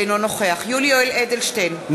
אינו נוכח יולי יואל אדלשטיין,